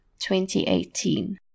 2018